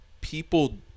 people